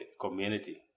community